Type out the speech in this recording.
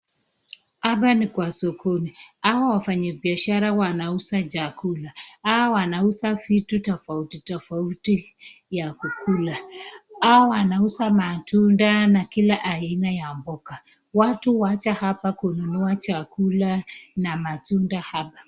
Hapa ni kwa sokoni. Hawa wafanyibiashara wanauza chakula. Hawa wanauza vitu tofauti tofauti ya kukula. Hawa wanauza matunda na kila aina ya mboga. Watu waja hapa kununua chakula na matunda hapa.